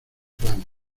plan